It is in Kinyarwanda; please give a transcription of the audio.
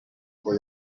ngo